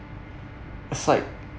it's like